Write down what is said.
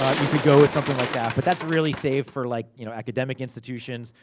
ah you could go with something like that. but, that's really safe for like you know academic institutions,